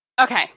Okay